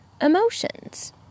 emotions